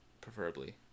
preferably